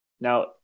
Now